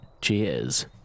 Cheers